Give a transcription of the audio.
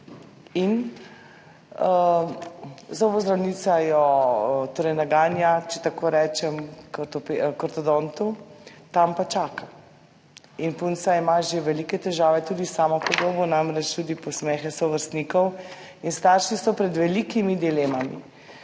Zobozdravnica jo torej naganja, če tako rečem, k ortodontu, tam pa čaka. Punca ima že velike težave tudi s samopodobo zaradi posmeha sovrstnikov in starši so pred velikimi dilemami,